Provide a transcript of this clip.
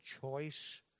choice